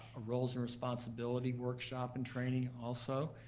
ah roles and responsibilities workshop and training also,